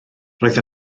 roedd